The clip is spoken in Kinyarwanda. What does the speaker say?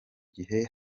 gihe